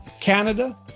Canada